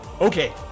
okay